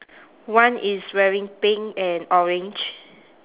one is wearing pink and orange